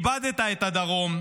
איבדת את הדרום,